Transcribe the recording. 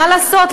מה לעשות.